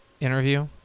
interview